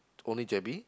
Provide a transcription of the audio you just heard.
only j_b